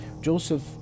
Joseph